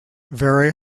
very